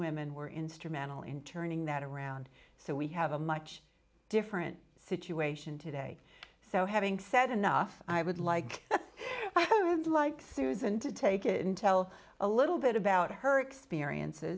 women were instrumental in turning that around so we have a much different situation today so having said enough i would like to like susan to take it and tell a little bit about her experiences